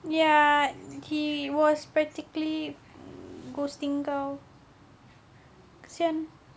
ya he was practically ghosting kau kesian